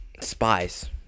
spies